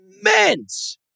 Immense